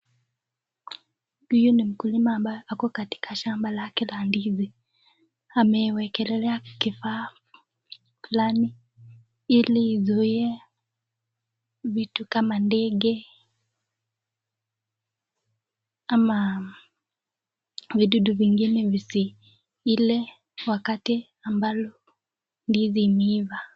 Huyu ni mkulima ambaye ako katika shamba lake la ndizi. Amewekelelea kifaa fulani ili izuie vitu kama ndege ama vidudu vingine visiile wakati ambalo ndizi imeiva.